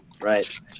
right